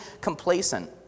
complacent